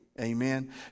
Amen